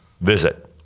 visit